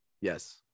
Yes